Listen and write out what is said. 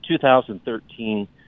2013